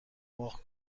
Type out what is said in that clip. واق